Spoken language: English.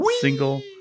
single